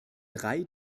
drei